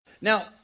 Now